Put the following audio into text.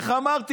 איך אמרתי?